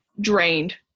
drained